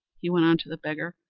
he went on to the beggar,